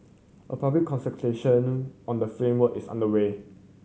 a public consultation on the framework is underway